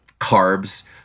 carbs